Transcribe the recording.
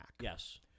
Yes